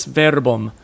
verbum